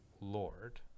lord